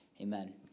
amen